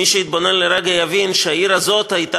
מי שיתבונן לרגע יבין שהעיר הזאת הייתה